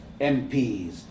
MPs